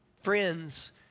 friends